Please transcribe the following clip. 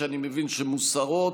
שאני מבין שהן מוסרות.